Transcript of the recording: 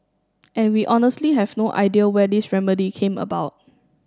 and we honestly have no idea where this remedy came about